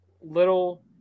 little